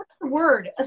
word